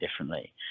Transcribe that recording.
differently